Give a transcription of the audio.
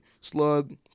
slug